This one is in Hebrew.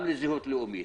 גם לזהות לאומית.